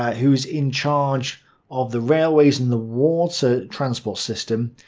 ah who's in charge of the railways and the water transport system.